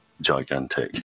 gigantic